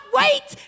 wait